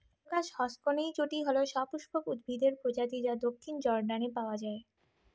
crocus হসকনেইচটি হল সপুষ্পক উদ্ভিদের প্রজাতি যা দক্ষিণ জর্ডানে পাওয়া য়ায়